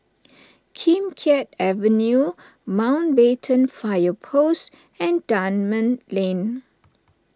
Kim Keat Avenue Mountbatten Fire Post and Dunman Lane